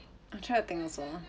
I'll try to think also